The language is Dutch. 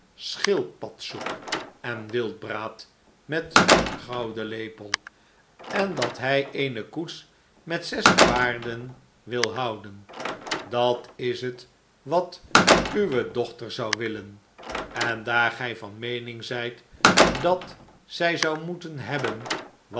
schildpadsoep en wildbraad met een gouden lepel en dat hij eene koets met zes paarden wil houden dat is het wat uwe dochter zou willen en daar gij van meening zijt dat zij zou moeten hebben